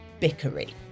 bickery